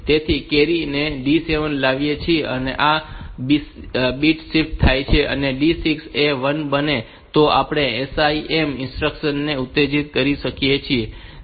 તેથી કેરી ને D7 માં લાવીએ છીએ અને આ બીટ શિફ્ટ થાય છે અને D6 એ 1 બને તો આપણે SIM ઇન્સ્ટ્રક્શન ને ઉત્તેજિત કરીએ છીએ